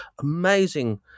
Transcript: Amazing